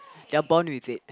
they're born with it